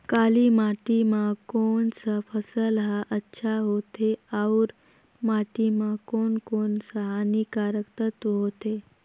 काली माटी मां कोन सा फसल ह अच्छा होथे अउर माटी म कोन कोन स हानिकारक तत्व होथे?